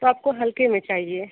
तो आपको हल्के में चाहिए